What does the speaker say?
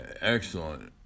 excellent